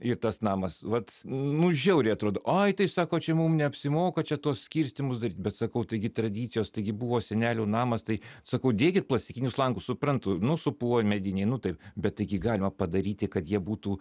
ir tas namas vat nu žiauriai atrodo oi tai sako čia mum neapsimoka čia tuos skirstymus daryt bet sakau taigi tradicijos taigi buvo senelių namas tai sakau dėkit plastikinius langus suprantu nu supuvo mediniai nu taip bet taigi galima padaryti kad jie būtų